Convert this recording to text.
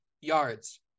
yards